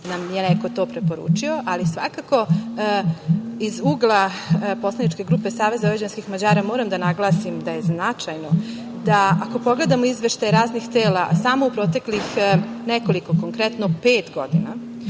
nam je neko to preporučio, ali svakako iz ugleda poslaničke grupe SVM moram da naglasim da je značajno da ako pogledamo izveštaje raznih tela, a samo u proteklih nekoliko, konkretno pet godina,